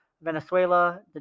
Venezuela